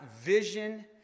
vision